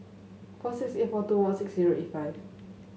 four six eight four two one six zero eight five